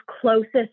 closest